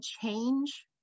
change